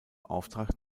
auftrag